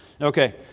Okay